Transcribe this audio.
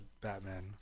batman